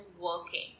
working